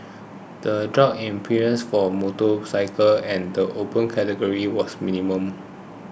the drop in premiums for motorcycles and the Open Category was minimal